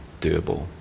doable